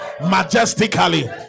majestically